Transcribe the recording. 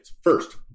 First